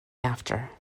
after